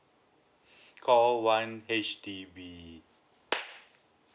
call one H_D_B